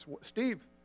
Steve